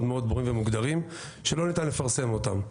מאוד ברורים ומוגדרים שלא ניתן לפרסם אותם.